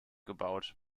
gebaut